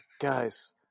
Guys